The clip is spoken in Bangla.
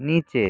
নিচে